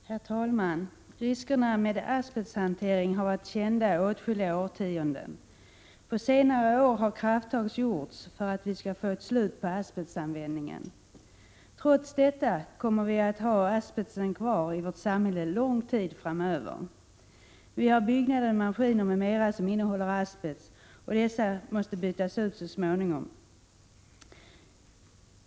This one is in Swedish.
Herr talman! Riskerna med asbesthantering har varit kända i åtskilliga årtionden. På senare år har krafttag gjorts för att vi skall få ett slut på asbestanvändningen. Trots detta kommer vi att ha asbesten kvar i vårt samhälle lång tid framöver. Vi har byggnader, maskiner m.m. som innehåller asbest, och dessa måste bytas ut så småningom.